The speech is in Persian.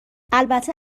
البته